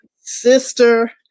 sister